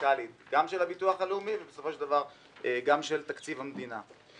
הפיסקלית גם של הביטוח הלאומי ובסופו של דבר גם של תקציב המדינה.